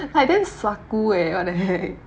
like damn suaku eh what the heck